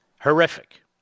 Horrific